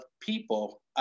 people